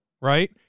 right